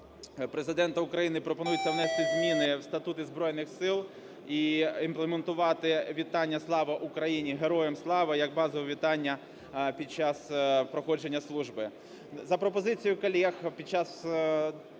Президента України пропонується внести зміни в статути Збройних Сил і імплементувати вітання "Слава Україні! - Героям слава!" як базове вітання під час проходження служби.